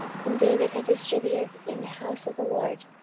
whom david had distributed in the house of the lord,